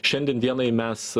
šiandien dienai mes